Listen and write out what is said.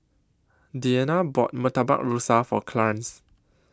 Deanna bought Murtabak Rusa For Clarnce